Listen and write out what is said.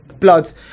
Bloods